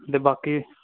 ਅਤੇ ਬਾਕੀ